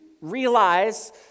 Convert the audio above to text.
realize